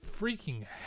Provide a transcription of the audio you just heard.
freaking